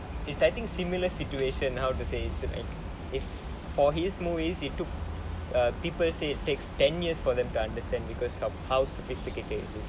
inciting similar situation how to say it's if for his movies you took err people say it takes ten years for them to understand because of how sophisticated it is